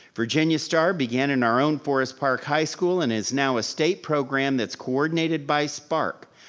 virginia star began in our own forest park high school and is now estate program that's cord needed by spark.